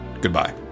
Goodbye